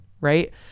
right